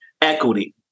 Equity